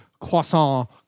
croissant